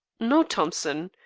no, thompson,